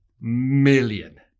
million